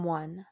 one